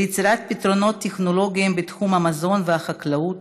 ליצירת פתרונות טכנולוגיים בתחום המזון והחקלאות,